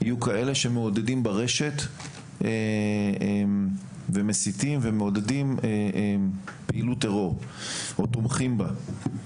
יהיו כאלה שמעודדים ברשת ומסיתים ומעודדים פעילות טרור או תומכים בה,